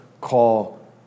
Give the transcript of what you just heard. call